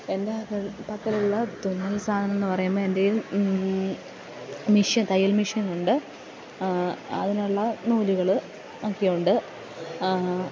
എൻ്റെ പക്കലുള്ള തുന്നൽ സാധനം എന്ന് പറയുമ്പോൾ എൻറ്റേൽ മിഷ്യൻ തയ്യൽ മിഷ്യനൊണ്ട് അതിനുള്ള നൂലുകൾ ഒക്കെയുണ്ട്